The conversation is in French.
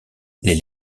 les